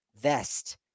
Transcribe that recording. vest